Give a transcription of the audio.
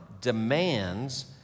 demands